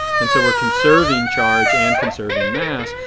and so we are conserving charge and conserving mass.